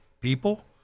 people